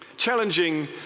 challenging